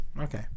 Okay